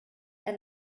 and